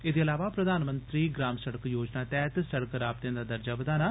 एह्दे इलावा प्रधानमंत्री ग्राम सभा योजना तैह्त सड़क राबते दा दर्जा बघाना